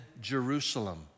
Jerusalem